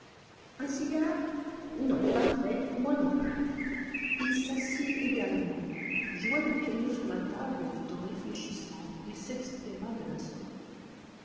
un cigare non parfait moi non plus il s'assit également joua du piano sur la table tout en réfléchissant et s'exprima de la sorte